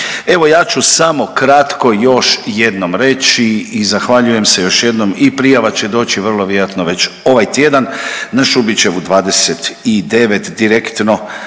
Evo, ja ću samo kratko još jednom reći i zahvaljujem se još jednom i prijava će doći vrlo vjerojatno već ovaj tjedan na Šubićevu 29 direktnog